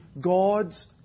God's